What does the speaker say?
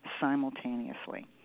simultaneously